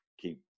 keep